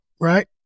right